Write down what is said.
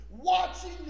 Watching